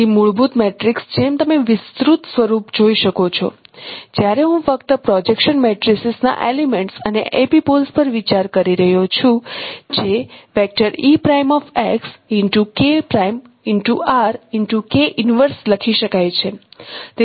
તેથી મૂળભૂત મેટ્રિક્સ જેમ તમે વિસ્તૃત સ્વરૂપ જોઈ શકો છો જ્યારે હું ફક્ત પ્રોજેક્શન મેટ્રિસિસ ના એલિમેન્ટ્સ અને એપિપોલ્સ પર વિચાર કરી રહ્યો છું જે લખી શકાય છે